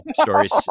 stories